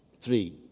Three